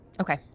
Okay